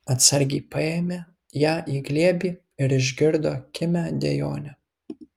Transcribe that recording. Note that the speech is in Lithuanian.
atsargiai paėmė ją į glėbį ir išgirdo kimią dejonę